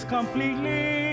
completely